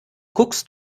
guckst